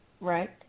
Right